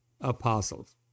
apostles